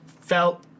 felt